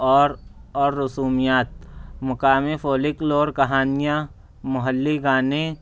اور اور رسومیات مقامی فولیکلور کہانیاں محلی گانے